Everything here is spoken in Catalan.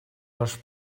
les